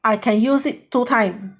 I can use it two time